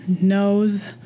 knows